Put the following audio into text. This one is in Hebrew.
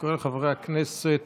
אני קורא לחברי הכנסת